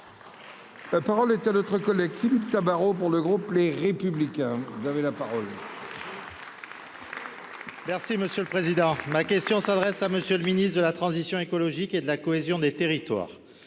La parole est à d'autres collègues qui luttent Tabarot pour le groupe Les Républicains, vous avez là. Merci monsieur le président, ma question s'adresse à monsieur le ministre de la transition écologique et de la cohésion des territoires,